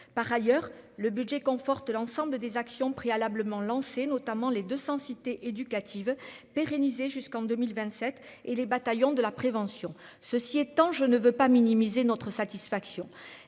par ailleurs le budget conforte l'ensemble des actions préalablement lancé notamment les 200 cités éducatives pérennisé jusqu'en 2027 et les bataillons de la prévention, ceci étant je ne veux pas minimiser notre satisfaction